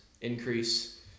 increase